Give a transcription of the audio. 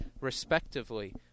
respectively